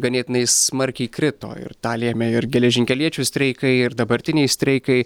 ganėtinai smarkiai krito ir tą lėmė ir geležinkeliečių streikai ir dabartiniai streikai